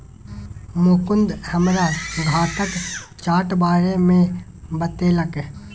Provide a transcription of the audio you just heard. मुकुंद हमरा खाताक चार्ट बारे मे बतेलक